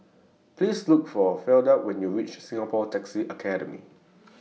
Please Look For Fleda when YOU REACH Singapore Taxi Academy